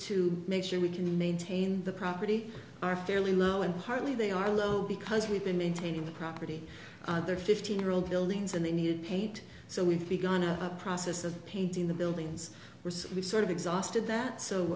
to make sure we can maintain the property are fairly low and partly they are low because we've been maintaining the property other fifteen year old buildings and they needed paid so we've begun a process of painting the buildings we sort of exhausted that so